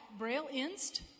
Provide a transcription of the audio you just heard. brailleinst